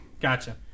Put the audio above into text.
gotcha